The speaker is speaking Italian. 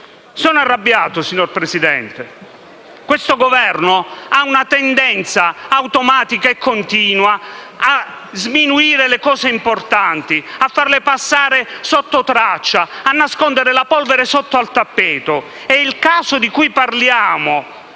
Sono arrabbiato, signor Presidente, perché questo Governo ha una tendenza, automatica e continua, a sminuire le cose importanti, a farle passare sotto traccia, a nascondere la polvere sotto al tappeto e il caso di cui parliamo,